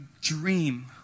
dream